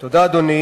תודה, אדוני.